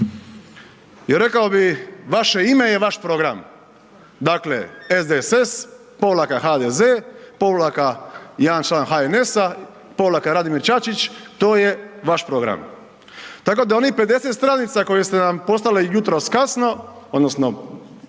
I rekao bi vaše ime je vaš program. Dakle, SDSS povlaka HDZ povlaka jedan član HNS-a povlaka Radimir Čačić, to je vaš program. Tako da onih 50 stranica koje ste nam poslali jutros kasno, odnosno